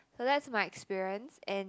so that's my experience and